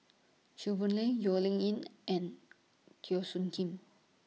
Chew Boon Lay Low Yen Ling and Teo Soon Kim